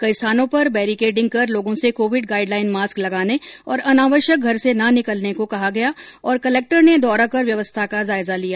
कई स्थानों पर बैरिकेटिंग कर लोगों से कोविड गाइडलाईन मास्क लगाने और अनावश्यक घर से ना निकलने को कहा गया और कलक्टर ने दौरा कर व्यवस्था का जायजा लिया